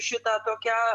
šitą tokia